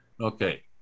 Okay